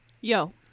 Yo